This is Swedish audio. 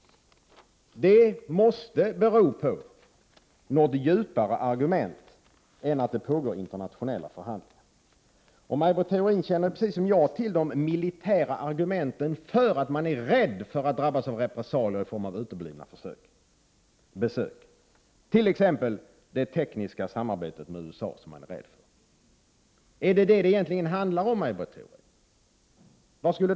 Det måste finnas något djupare argument än att det pågår internationella förhandlingar. Maj Britt Theorin känner precis som jag till de militära argumenten för att man är rädd för att drabbas av repressalier i form av uteblivna fartygsbesök. Man är t.ex. rädd för att gå miste om det tekniska samarbetet med USA. Är det vad det egentligen handlar om, Maj Britt Theorin?